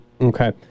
Okay